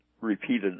repeated